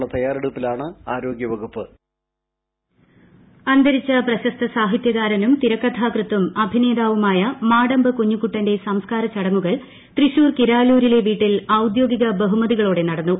voice Madampu Kunjukuttan അന്തരിച്ച പ്രശസ്ത സാഹിത്യകാരനും തിരക്കഥാകൃത്തും അഭിനേതാവുമായ മാടമ്പ് കുഞ്ഞുകുട്ടന്റെ സംസ്കാരച്ചടങ്ങുകൾ തൃശൂർ കിരാലൂരിലെ വീട്ടിൽ ഓദ്യോഗിക ബഹുമതികളോടെ നടന്നു